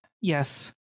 yes